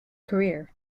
career